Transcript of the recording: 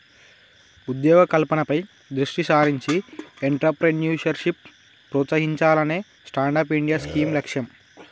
ఉద్యోగ కల్పనపై దృష్టి సారించి ఎంట్రప్రెన్యూర్షిప్ ప్రోత్సహించాలనే స్టాండప్ ఇండియా స్కీమ్ లక్ష్యం